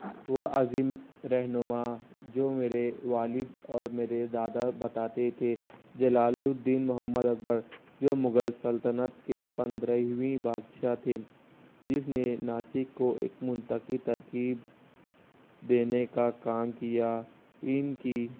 وہ عظیم رہنما جو میرے والد اور میرے دادا بتاتے تھے جلال الدین محمد اکبر جو مغل سلطنت کے پندرھویں بادشاہ تھے جس نے ناسک کو ایک منتخب ترکیب دینے کا کام کیا ان کی